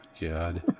God